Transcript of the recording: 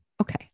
okay